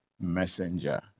messenger